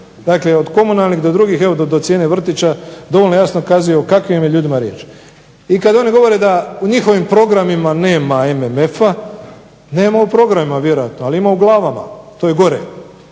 dakle od komunalnih do drugih, evo do cijene vrtića dovoljno jasno kazuje o kakvim je ljudima riječ. I kad oni govore da u njihovim programima nema MMF-a, nema u programima vjerojatno, ali ima u glavama, to je gore.